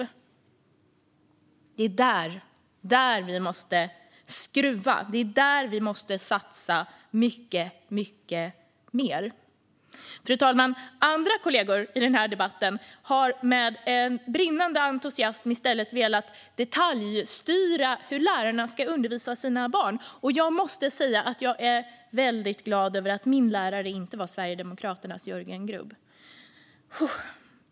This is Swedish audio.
Det är där vi måste skruva. Det är där vi måste satsa mycket mer. Fru talman! Andra kollegor i den här debatten har med brinnande entusiasm i stället velat detaljstyra hur lärarna ska undervisa barnen. Jag måste säga att jag är väldigt glad över att min lärare inte var Sverigedemokraternas Jörgen Grubb.